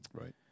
Right